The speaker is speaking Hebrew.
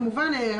כמובן,